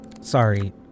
Sorry